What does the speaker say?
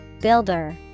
Builder